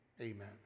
amen